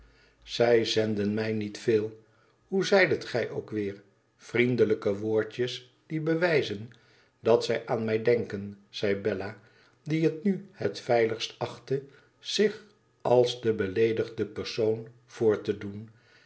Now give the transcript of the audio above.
zij zenden mij niet veel hoe zeidet gij ook weer vriendelijke woordjes die bewijzen dat zij aan mij denken zei bella die het nu het veiligst achtte zich als de beleedigde persoon voor te doen